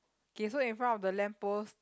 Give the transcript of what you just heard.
K so in front of the lamp post